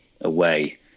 away